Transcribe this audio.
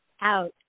out